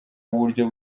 uburyo